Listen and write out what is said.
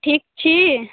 ठीक छी